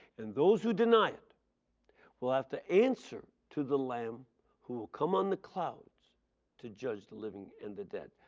and those who deny it will have to answer to the lamb who will come on the clouds to judge the living and the dead.